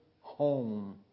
home